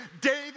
David